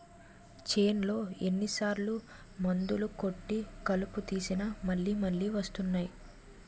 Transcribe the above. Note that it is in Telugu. చేన్లో ఎన్ని సార్లు మందులు కొట్టి కలుపు తీసినా మళ్ళి మళ్ళి వస్తున్నాయి